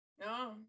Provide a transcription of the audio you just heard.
no